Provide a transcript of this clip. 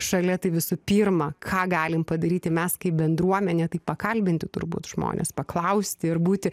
šalia tai visų pirma ką galim padaryti mes kaip bendruomenė tai pakalbinti turbūt žmones paklausti ir būti